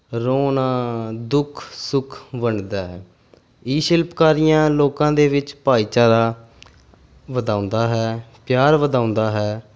ਰੋਣਾ ਦੁੱਖ ਸੁੱਖ ਵੰਡਦਾ ਹੈ ਇਹ ਸ਼ਿਲਪਕਾਰੀਆਂ ਲੋਕਾਂ ਦੇ ਵਿੱਚ ਭਾਈਚਾਰਾ ਵਧਾਉਂਦਾ ਹੈ ਪਿਆਰ ਵਧਾਉਂਦਾ ਹੈ